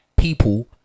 people